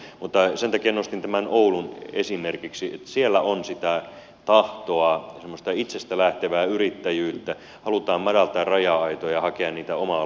mutta sen takia nostin tämän oulun esimerkiksi siellä on sitä tahtoa semmoista itsestä lähtevää yrittäjyyttä halutaan madaltaa raja aitoja ja hakea oma aloitteisesti niitä mahdollisuuksia